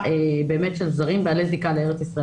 של זרים בעלי זיקה לארץ ישראל.